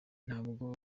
ntabwo